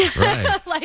Right